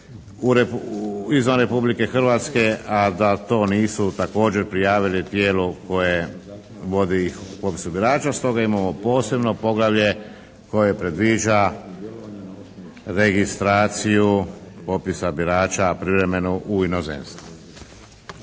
izvan Republike Hrvatske a da to nisu također prijavili tijelu koje vodi ih u popisu birača. Stoga imamo posebno poglavlje koje predviđa registraciju popisa birača privremenu u inozemstvu.